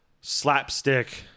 slapstick